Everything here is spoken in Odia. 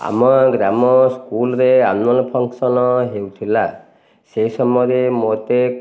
ଆମ ଗ୍ରାମ ସ୍କୁଲ୍ରେ ଆନୁଆଲ୍ ଫଙ୍କସନ୍ ହେଉଥିଲା ସେହି ସମୟରେ ମତେ